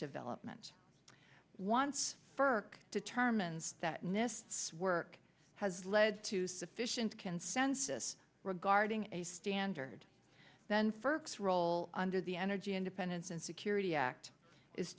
development once burke determines that nist work has led to sufficient consensus regarding a standard then fergus role under the energy independence and security act is